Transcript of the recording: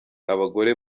abagore